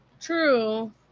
True